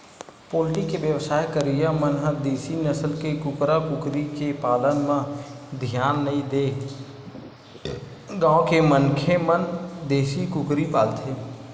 poultry के बेवसाय करइया मन ह देसी नसल के कुकरा कुकरी के पालन म धियान नइ देय गांव के मनखे मन देसी कुकरी पालथे